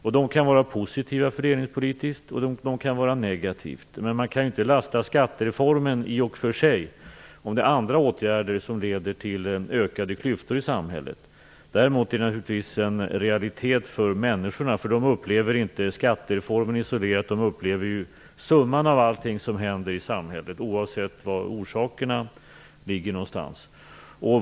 Dessa kan vara fördelningspolitiskt positiva eller negativa, men man kan inte lasta skattereformen i och för sig om det är andra åtgärder som leder till ökade klyftor i samhället. Däremot är det naturligtvis en realitet för människorna. De upplever inte skattereformen isolerat, utan de upplever summan av allting som händer i samhället, oavsett var orsakerna ligger någonstans.